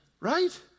Right